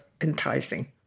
enticing